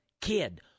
kid